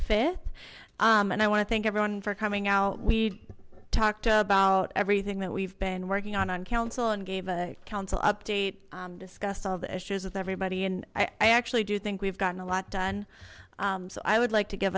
fifth and i want to thank everyone for coming out we talked about everything that we've been working on on council and gave a council update discuss all the issues with everybody and i actually do think we've gotten a lot done so i would like to give